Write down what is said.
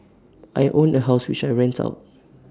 I own A house which I rent out